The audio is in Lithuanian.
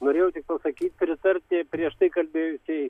norėjau tik pasakyt pritarti prieš tai kalbėjusiai